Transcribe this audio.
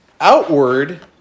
outward